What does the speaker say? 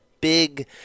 big